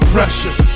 Pressure